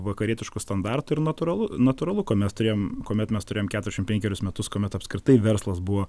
vakarietiškų standartų ir natūralu natūralu ką mes turėjom kuomet mes turėjom keturiašim penkerius metus kuomet apskritai verslas buvo